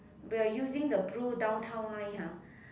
we're using the blue downtown line ah